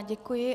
Děkuji.